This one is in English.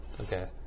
Okay